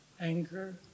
anger